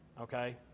Okay